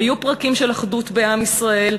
היו פרקים של אחדות בעם ישראל,